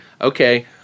okay